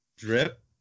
Drip